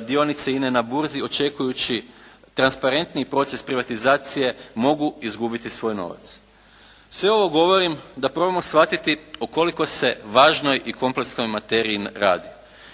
dionice INA-e na burzi očekujući transparentniji proces privatizacije mogu izgubiti svoj novac? Sve ovo govorim da probamo shvatiti o koliko se važnoj i kompleksnoj materiji radi.